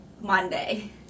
Monday